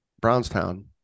Brownstown